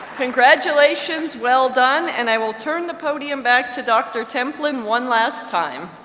congratulations, well done. and i will turn the podium back to dr. templin one last time.